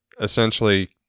essentially